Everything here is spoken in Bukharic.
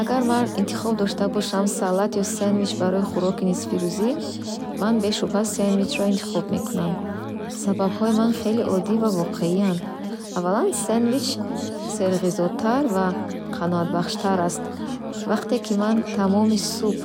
Агар ман интихоб дошта бошам салат ё сэндвич барои хӯроки нисфирӯзӣ. Ман бешубҳа сэндвичро интихоб мекунам. Сабабҳои ман хеле оддӣ ва воқеиянд. Аввалан, сэндвич серғизотар ва қаноатбахштар аст. Вақте ки ман тамоми субҳ